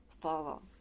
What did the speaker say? follow